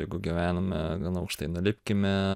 jeigu gyvename gana aukštai nulipkime